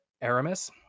aramis